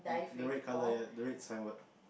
the red colour ya the red signboard